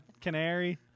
canary